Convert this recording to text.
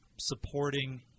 supporting